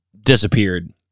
disappeared